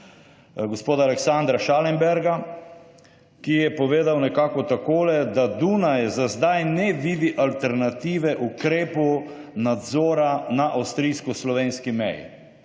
gospoda Aleksandra Schallenberga, ki je povedal nekako tako, da Dunaj za zdaj ne vidi alternative o ukrepu nadzora na avstrijsko-slovenski meji,